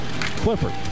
Clifford